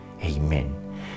amen